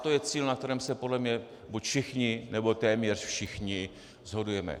To je cíl, na kterém se podle mě buď všichni, nebo téměř všichni shodujeme.